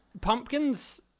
Pumpkins